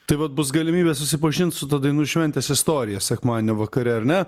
tai vat bus galimybė susipažint su ta dainų šventės istorija sekmadienio vakare na